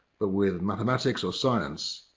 but with mathematics or science,